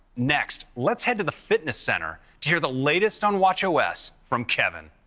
next let's head to the fitness center to hear the latest on watchos from kevin.